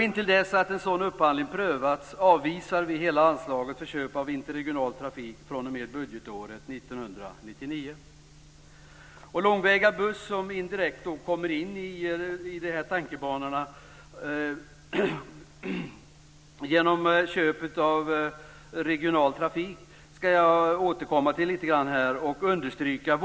Intill dess att en sådan upphandling prövats avvisar vi hela anslaget för köp av interregional trafik från och med budgetåret Långväga busstrafik har jag indirekt berört i avsnittet om köp av regional trafik. Jag vill återkomma litet grand till den frågan.